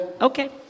Okay